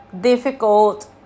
difficult